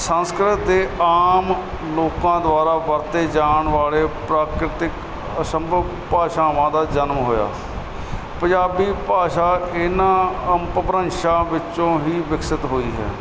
ਸੰਸਕ੍ਰਿਤ ਦੇ ਆਮ ਲੋਕਾਂ ਦੁਆਰਾ ਵਰਤੇ ਜਾਣ ਵਾਲੇ ਪ੍ਰਾਕਿਰਤਿਕ ਅਸੰਭਵ ਭਾਸ਼ਾਵਾਂ ਦਾ ਜਨਮ ਹੋਇਆ ਪੰਜਾਬੀ ਭਾਸ਼ਾ ਇਹਨਾਂ ਅੰਪ੍ਰੰਸ਼ਾਂ ਵਿੱਚੋਂ ਹੀ ਵਿਕਸਿਤ ਹੋਈ ਹੈ